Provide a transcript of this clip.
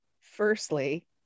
Firstly